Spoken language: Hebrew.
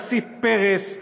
הוא ביזה את הנשיא פרס,